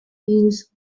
use